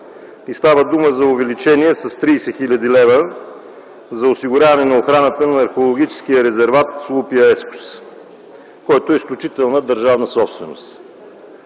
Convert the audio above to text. Става дума за увеличение с 30 хил. лв. за осигуряване на охраната на археологическия резерват „Улпия Ескус”, който е изключителна държавна собственост.